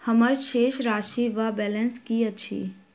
हम्मर शेष राशि वा बैलेंस की अछि?